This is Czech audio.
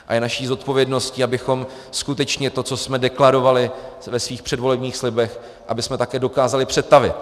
A je naší zodpovědností, abychom skutečně to, co jsme deklarovali ve svých předvolebních slibech, také dokázali přetavit.